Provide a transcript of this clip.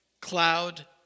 cloud